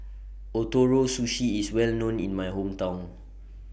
Ootoro Sushi IS Well known in My Hometown